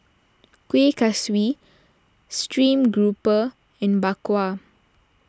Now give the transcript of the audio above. Kueh Kaswi Stream Grouper and Bak Kwa